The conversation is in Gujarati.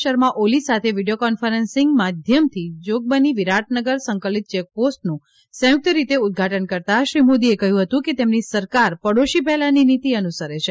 શર્મા ઓલી સાથે વિડીયો કોન્ફરન્સીંગ માધ્યમથી જોગબની વિરાટનગર સંકલિત ચેકપોસ્ટનું સંયુક્ત રીતે ઉદઘાટન કરતાં શ્રી મોદીએ કહ્યું હતુ કે તેમની સરકાર પડોશી પહેલાની નીતી અનુસરે છે